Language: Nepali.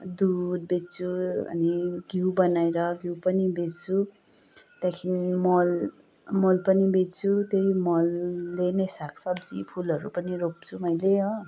दुध बेच्छु अनि घिउ बनाएर घिउ पनि बेच्छु त्यहाँदेखि मल मल पनि बेच्छु त्यही मलले नै साग सब्जी फुलहरू पनि रोप्छु मैले हो